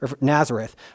Nazareth